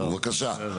בבקשה.